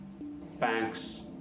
banks